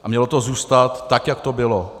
A mělo to zůstat tak, jak to bylo.